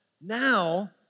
now